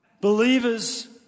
believers